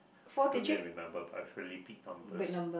don't get remember but it's really big numbers